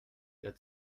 der